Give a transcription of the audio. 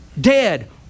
dead